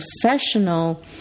professional